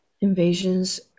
invasions